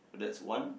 that's one